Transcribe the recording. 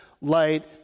light